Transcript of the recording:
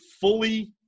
fully